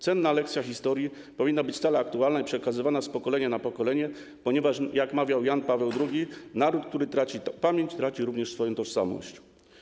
Cenna lekcja historii powinna być stale aktualna i przekazywana z pokolenia na pokolenie, ponieważ, jak mawiał Jan Paweł II, naród, który traci pamięć, traci również swoją tożsamość.